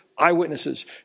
eyewitnesses